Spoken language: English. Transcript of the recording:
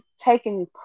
taking